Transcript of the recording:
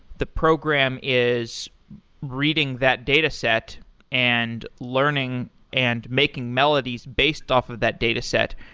the program is reading that dataset and learning and making melodies based off of that dataset.